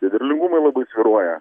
tie derlingumai labai svyruoja